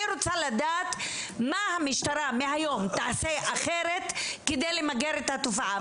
אני רוצה לדעת מה המשטרה מהיום תעשה אחרת כדי למגר את התופעה.